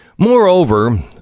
Moreover